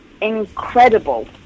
incredible